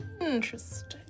Interesting